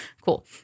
Cool